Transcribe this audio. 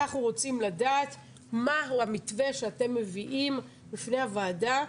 אנחנו רוצים לדעת מה הוא המתווה שאתם מביאים בפני הוועדה,